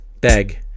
beg